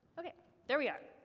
okay there we are.